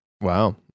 Wow